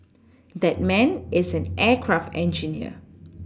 that man is an aircraft engineer